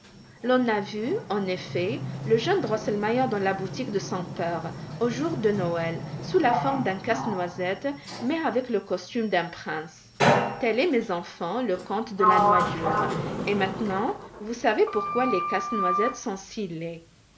l'on a vu en effet le jeune drosselmeier dans la boutique de son père aux jours de noël sous la forme d'un casse-noisette mais avec le costume d'un prince tel est mes enfants le conte de la noix dure et maintenant vous savez pourquoi les casse-noisette sont